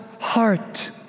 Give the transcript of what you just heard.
heart